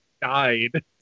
died